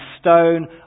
stone